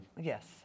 Yes